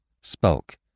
spoke